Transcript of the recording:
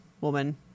woman